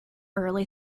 early